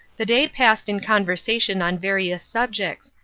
the day passed in conversation on various subjects,